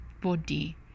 body